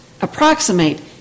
approximate